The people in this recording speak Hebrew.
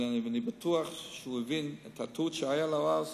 ואני בטוח שהוא הבין את הטעות שהיתה לו אז,